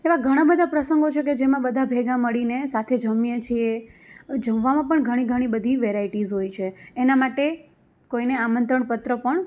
એવાં ઘણાં બધાં પ્રસંગો છે કે જેમાં બધાં ભેગા મળીને સાથે જમીએ છીએ એના માટે કોઈને આમંત્રણ પત્ર પણ